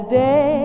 day